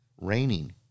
raining